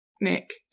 Nick